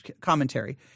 commentary